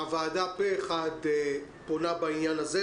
הוועדה פה אחד פונה בעניין הזה,